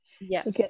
Yes